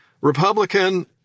Republican